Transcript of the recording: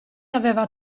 aveva